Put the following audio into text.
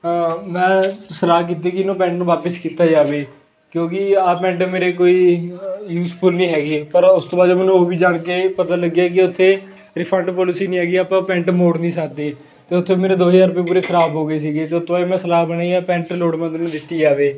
ਮੈਂ ਸਲਾਹ ਕੀਤੀ ਕਿ ਇਹਨੂੰ ਪੈਂਟ ਨੂੰ ਵਾਪਿਸ ਕੀਤਾ ਜਾਵੇ ਕਿਉਂਕਿ ਆਹ ਪੈਂਟ ਮੇਰੇ ਕੋਈ ਯੂਜ਼ਫੁੱਲ ਨਹੀਂ ਹੈਗੀ ਪਰ ਉਸ ਤੋਂ ਬਾਅਦ ਜਦੋਂ ਮੈਨੂੰ ਉਹ ਵੀ ਜਾਣ ਕੇ ਪਤਾ ਲੱਗਿਆ ਕਿ ਉੱਥੇ ਰਿਫੰਡ ਪੋਲਿਸੀ ਨਹੀਂ ਹੈਗੀ ਆਪਾਂ ਉਹ ਪੈਂਟ ਮੋੜ ਨਹੀਂ ਸਕਦੇ ਤਾਂ ਉੱਥੇ ਮੇਰੇ ਦੋ ਹਜ਼ਾਰ ਰੁਪਏ ਪੂਰੇ ਖ਼ਰਾਬ ਹੋ ਗਏ ਸੀਗੇ ਅਤੇ ਜਦੋਂ ਤੋਂ ਬਾਅਦ ਮੈਂ ਇਹ ਸਲਾਹ ਬਣਾਈ ਆ ਪੈਂਟ ਲੋੜਵੰਦ ਨੂੰ ਦਿੱਤੀ ਜਾਵੇ